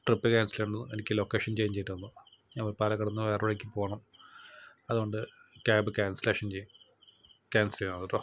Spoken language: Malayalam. ട്രിപ്പ് ക്യാൻസലെയ്യേണ്ടി വന്നു എനിക്ക് ലൊക്കേഷൻ ചേഞ്ചെയ്യേണ്ടി വന്നു ഞാൻ പാലക്കാട് നിന്ന് വേറൊരു വഴിക്ക് പോകുവാണ് അതുകൊണ്ട് ക്യാബ് കാൻസലേഷൻ ചെയ്യ് കാൻസലെയ്യണം കേട്ടോ